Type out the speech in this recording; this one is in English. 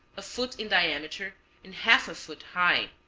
a foot in diameter and half a foot high.